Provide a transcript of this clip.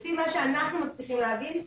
לפי מה שאנחנו מצליחים להבין,